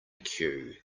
queue